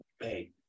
hey